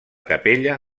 capella